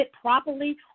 properly